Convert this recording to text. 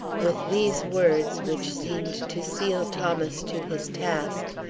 with these words, which seemed to seal thomas to his task,